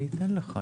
אני אתן לך,